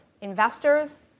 Investors